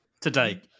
today